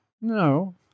No